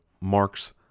marks